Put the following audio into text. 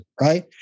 right